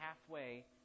halfway